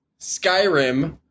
Skyrim